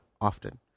often